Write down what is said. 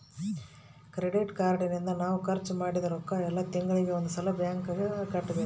credit card ನಿಂದ ನಾವ್ ಖರ್ಚ ಮದಿದ್ದ್ ರೊಕ್ಕ ಯೆಲ್ಲ ತಿಂಗಳಿಗೆ ಒಂದ್ ಸಲ ಬ್ಯಾಂಕ್ ಅವರಿಗೆ ಕಟ್ಬೆಕು